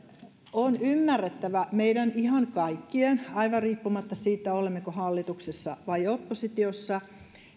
on ymmärrettävä meidän ihan kaikkien aivan riippumatta siitä olemmeko hallituksessa vai oppositiossa